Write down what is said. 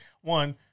one